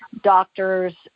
doctors